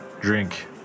drink